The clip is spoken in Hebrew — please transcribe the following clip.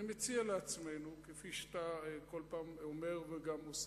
אני מציע לעצמנו, כפי שאתה בכל פעם אומר וגם עושה,